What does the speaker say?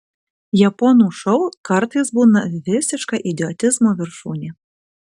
japonų šou kartais būna visiška idiotizmo viršūnė